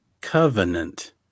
Covenant